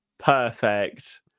Perfect